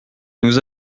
nous